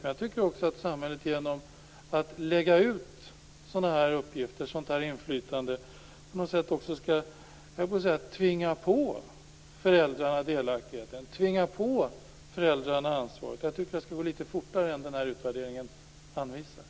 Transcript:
Men jag tycker också att samhället genom att lägga ut sådana här uppgifter, sådant här inflytande, på något sätt också skall så att säga tvinga på föräldrarna delaktigheten och ansvaret. Jag tycker att det skall gå litet fortare än denna utvärdering anvisar.